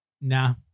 Nah